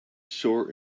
short